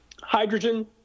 hydrogen